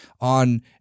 on